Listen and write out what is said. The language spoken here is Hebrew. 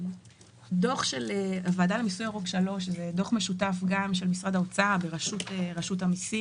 דוח הוועדה למיסוי ירוק 3 הוא דוח משותף של משרד האוצר ברשות המסים,